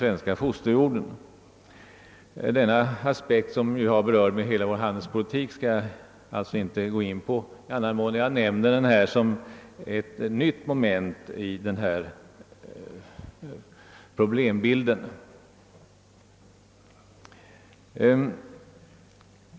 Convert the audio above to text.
Jag skall inte gå in på denna aspekt, som har beröring med hela vår handelspolitik, i annan mån än att jag här nämner den som ett nytt moment i problembilden.